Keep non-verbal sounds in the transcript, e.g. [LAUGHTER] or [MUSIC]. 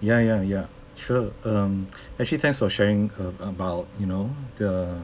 ya ya ya sure um [NOISE] actually thanks for sharing uh about you know the